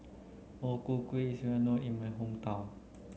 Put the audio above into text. O Ku Kueh is well known in my hometown